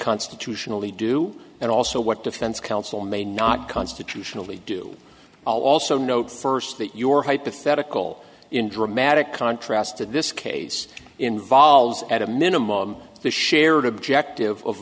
constitutionally do and also what defense counsel may not constitutionally do also note first that your hypothetical in dramatic contrast in this case involves at a minimum the shared objective of